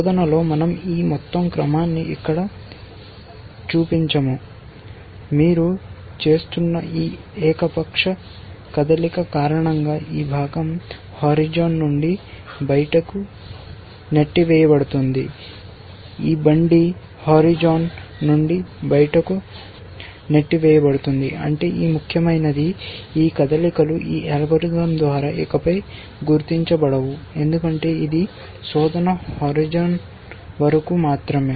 శోధనలో మన০ ఈ మొత్తం క్రమాన్ని ఇక్కడ చొప్పించాము మీరు చేస్తున్న ఈ ఏకపక్ష కదలిక కారణంగా ఈ భాగం హోరిజోన్ నుండి బయటకు నెట్టివేయబడుతుంది ఈ బండి హోరిజోన్ నుండి బయటకు నెట్టివేయబడుతుంది అంటే ఇది ముఖ్యమైనది ఈ కదలికలు ఈ అల్గోరిథం ద్వారా ఇకపై గుర్తించబడవు ఎందుకంటే ఇది శోధన హోరిజోన్ వరకు మాత్రమే